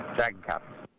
dragon cap